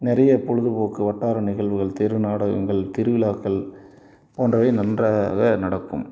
நிறைய பொழுதுபோக்கு வட்டார நிகழ்வுகள் தெரு நாடகங்கள் திருவிழாக்கள் போன்றவை நன்றாக நடக்கும்